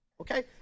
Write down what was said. Okay